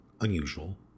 unusual